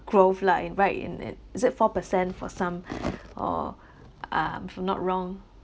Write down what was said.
growth lah in right in it is it four per cent for some or uh if I'm not wrong